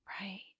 right